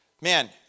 man